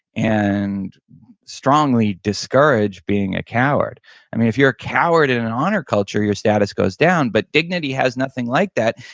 and strongly discourage being a coward if you're a coward in an honor culture, your status goes down but dignity has nothing like that.